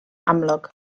amlwg